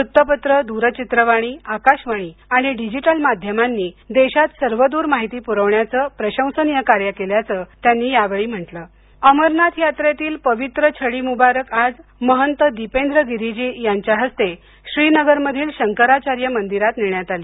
वृत्तपत्रे दूरचित्रवाणी आकाशवाणी आणि डिजिटल माध्यमांनी देशात सर्वदूर माहिती पुरवण्याचं प्रशंसनीय कार्य केल्याचं त्यांनी यावेळी म्हंटलं अमरनाथ यात्रेतील पवित्र छडी मुबारक आज महंत दीपेंद्र गिरी जी यांच्या हस्ते श्रीनगर मधील शंकराचार्य मंदिरात नेण्यात आली